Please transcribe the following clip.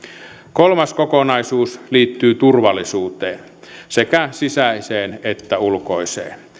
kolmas kokonaisuus liittyy turvallisuuteen sekä sisäiseen että ulkoiseen